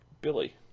Billy